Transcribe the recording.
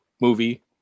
movie